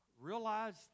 Realize